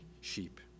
sheep